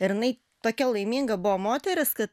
ir jinai tokia laiminga buvo moteris kad